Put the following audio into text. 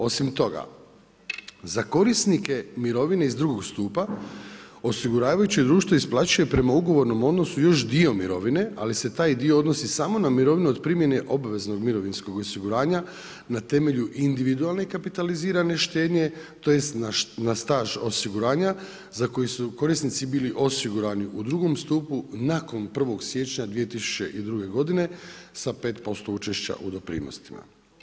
Osim toga, za korisnike mirovine iz drugog stupa osiguravajuće društvo isplaćuje prema ugovornom odnosu još dio mirovine, ali se taj dio odnosi samo na mirovinu od primjene obveznog mirovinskog osiguranja na temelju individualne kapitalizirane štednje tj. na staž osiguranja za koje su korisnici bili osigurani u drugom stupu nakon 1. siječnja 2002. godine sa 5% učešća u doprinosima.